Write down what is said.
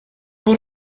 برو